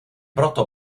proto